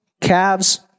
calves